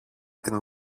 την